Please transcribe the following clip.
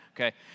okay